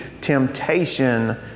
temptation